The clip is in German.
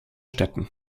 städten